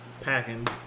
packing